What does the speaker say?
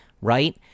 right